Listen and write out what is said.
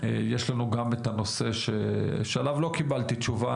יש לנו גם את הנושא שעליו לא קיבלתי תשובה,